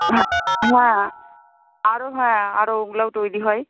হ্যাঁ হ্যাঁ আরও হ্যাঁ আরও ওগুলোও তৈরি হয়